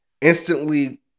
instantly